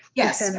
yes. and